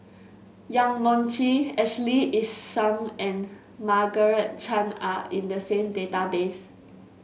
Yong Mun Chee Ashley Isham and Margaret Chan are in the same database